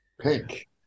pink